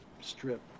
Strip